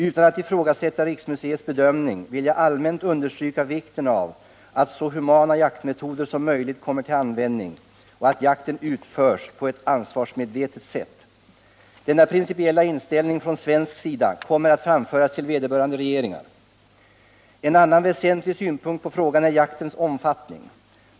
Utan att ifrågasätta riksmuseets bedömning vill jag allmänt understryka vikten av att så humana jaktmetoder som möjligt kommer till användning och att jakten utförs på ett ansvarsmedvetet sätt. Denna principiella inställning från svensk sida kommer att framföras till vederbörande regeringar. En annan väsentlig synpunkt på frågan är jaktens omfattning.